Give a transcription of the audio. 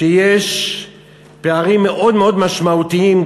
שיש פערים מאוד משמעותיים,